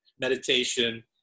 meditation